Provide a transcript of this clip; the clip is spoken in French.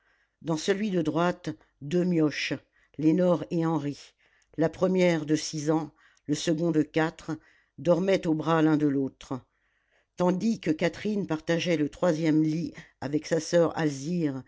dans celui de droite deux mioches lénore et henri la première de six ans le second de quatre dormaient aux bras l'un de l'autre tandis que catherine partageait le troisième lit avec sa soeur alzire